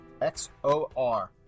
XOR